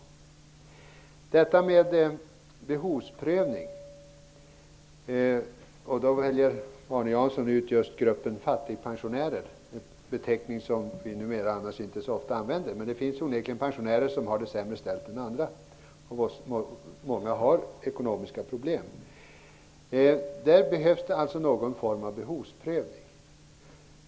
När det gäller behovsprövning väljer Arne Jansson ut just gruppen fattigpensionärer -- en beteckning som vi numera inte så ofta använder, men det finns onekligen pensionärer som har det sämre ställt än andra. Många har ekonomiska problem. För dem behövs någon form av behovsprövning.